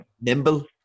nimble